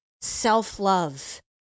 self-love